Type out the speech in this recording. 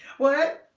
what.